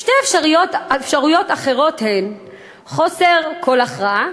שתי אפשרויות אחרות הן חוסר כל הכרעה"